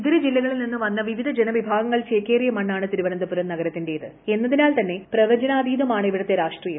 ഇതര ജില്ലകളിൽ നിന്ന് വന്ന വിവിധ ജനവിഭാഗങ്ങൾ ചേക്കേറിയ മണ്ണാണ് തിരുവനന്തപുരം നഗരത്തിന്റേത് എന്നതിനാൽ പ്രവചാനാതീതമാണ് ഇവിടത്തെ രാഷ്ട്രീയം